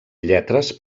lletres